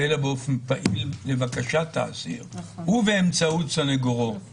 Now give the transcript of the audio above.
אלא באופן פעיל לבקשת האסיר ובאמצעות סנגורו.